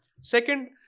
Second